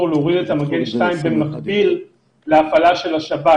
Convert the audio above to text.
להוריד את מגן 2 במקביל להפעלה של השב"כ,